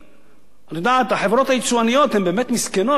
החברות היצואניות הן באמת מסכנות, רחמנות עליהן,